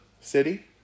city